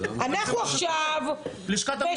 אנחנו עכשיו --- לשכת המסחר פונה אליהם כבר שנתיים.